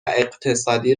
اقتصادی